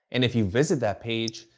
and if you visit that page,